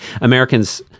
Americans